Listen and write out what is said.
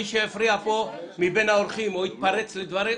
מי שיפריע פה מבין האורחים או יתפרץ לדברים,